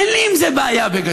אין לי עם זה בעיה בגדול.